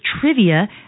trivia